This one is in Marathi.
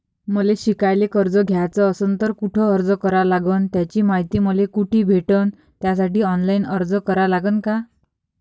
मले शिकायले कर्ज घ्याच असन तर कुठ अर्ज करा लागन त्याची मायती मले कुठी भेटन त्यासाठी ऑनलाईन अर्ज करा लागन का?